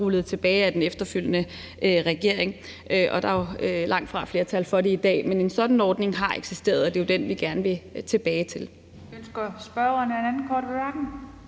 rullet tilbage af den efterfølgende regering, og der er langt fra flertal for det i dag, men en sådan ordning har eksisteret, og det er den, vi gerne vil tilbage til.